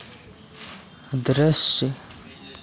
दृश्य